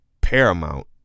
Paramount